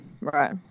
Right